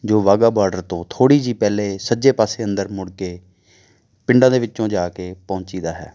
ਜੋ ਵਾਹਗਾ ਬਾਡਰ ਤੋਂ ਥੋੜ੍ਹੀ ਜਿਹੀ ਪਹਿਲਾਂ ਸੱਜੇ ਪਾਸੇ ਅੰਦਰ ਮੁੜ ਕੇ ਪਿੰਡਾਂ ਦੇ ਵਿੱਚੋਂ ਜਾ ਕੇ ਪਹੁੰਚੀਦਾ ਹੈ